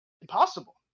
Impossible